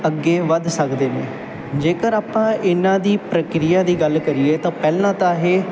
ਅੱਗੇ ਵੱਧ ਸਕਦੇ ਨੇ ਜੇਕਰ ਆਪਾਂ ਇਹਨਾਂ ਦੀ ਪ੍ਰਕਿਰਿਆ ਦੀ ਗੱਲ ਕਰੀਏ ਤਾਂ ਪਹਿਲਾਂ ਤਾਂ ਇਹ